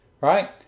right